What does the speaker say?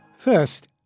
First